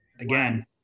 again